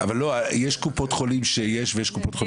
90% מהאזרחים מבקשים את זה.